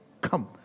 Come